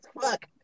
fuck